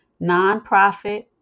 Nonprofit